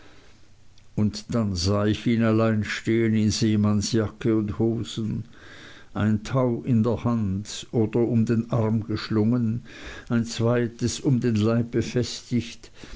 und dann sah ich ihn allein stehen in seemannsjacke und hosen ein tau in der hand oder um den arm geschlungen ein zweites um den leib befestigt